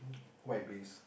white base